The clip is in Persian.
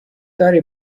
داری